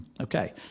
Okay